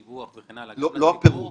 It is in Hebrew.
דיווח וכן הלאה -- לא הפירוט.